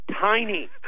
tiny